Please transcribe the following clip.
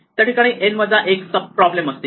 त्या ठिकाणी n वजा 1 सब प्रॉब्लेम असतील